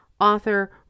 author